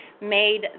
made